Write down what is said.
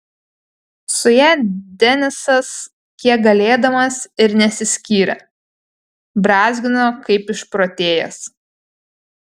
su ja denisas kiek galėdamas ir nesiskyrė brązgino kaip išprotėjęs